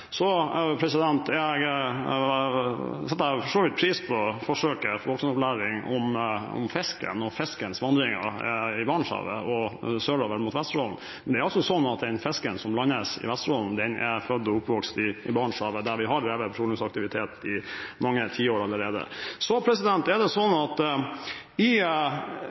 Jeg setter for så vidt pris på forsøket på voksenopplæring om fisken og fiskens vandringer i Barentshavet og sørover mot Vesterålen, men det er altså sånn at den fisken som landes i Vesterålen, er født og oppvokst i Barentshavet, der vi har drevet petroleumsaktivitet i mange tiår allerede. I forbindelse med enhver regjerings vurderinger tar man imot mange innspill. En av fordelene med den norske oljeforvaltningen er at